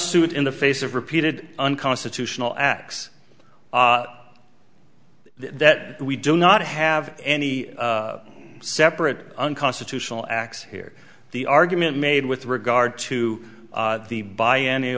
suit in the face of repeated unconstitutional acts that we do not have any separate unconstitutional acts here the argument made with regard